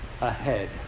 ahead